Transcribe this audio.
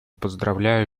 поздравляю